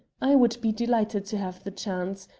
i would be delighted to have the chance.